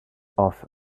off